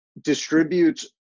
distributes